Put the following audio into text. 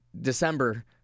December